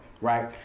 right